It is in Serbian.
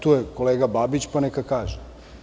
Tu je kolega Babić, pa neka kaže.